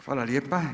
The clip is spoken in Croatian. Hvala lijepa.